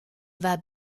war